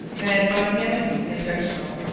and, by the enemy, intentional.